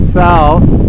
south